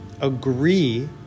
Agree